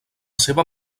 seva